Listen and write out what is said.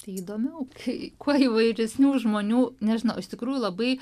tai įdomiau kai kuo įvairesnių žmonių nežinau iš tikrųjų labai